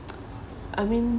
I mean